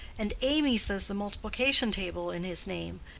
and amy says the multiplication-table in his name.